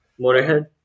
Motorhead